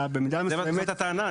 זאת הטענה.